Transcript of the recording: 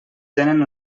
tenen